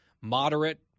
moderate